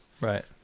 Right